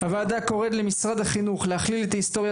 הוועדה קוראת למשרד החינוך להכליל את ההיסטוריה